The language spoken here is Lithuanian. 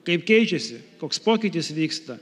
kaip keičiasi koks pokytis vyksta